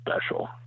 special